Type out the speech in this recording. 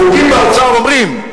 חוגים באוצר אומרים.